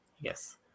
Yes